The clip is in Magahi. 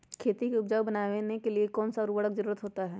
खेती को उपजाऊ बनाने के लिए कौन कौन सा उर्वरक जरुरत होता हैं?